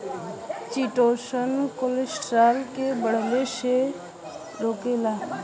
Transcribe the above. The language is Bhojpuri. चिटोसन कोलेस्ट्राल के बढ़ले से रोकेला